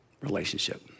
relationship